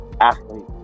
athlete